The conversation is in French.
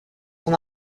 son